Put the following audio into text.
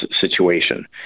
situation